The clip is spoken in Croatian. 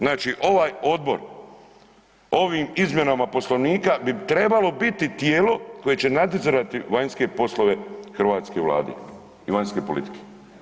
Znači ovaj odbor ovim izmjenama poslovnika bi trebalo biti tijelo koje će nadzirati vanjske poslove hrvatske Vlade i vanjske politike.